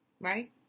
right